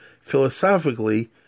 philosophically